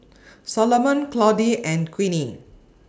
Salomon Claudie and Queenie